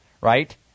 right